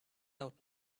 out